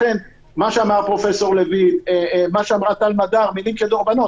לכן מה שאמרה טל מדר מילים כדורבנות.